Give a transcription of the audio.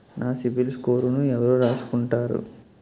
నా సిబిల్ స్కోరును ఎవరు రాసుకుంటారు